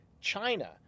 China